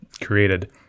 created